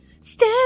Step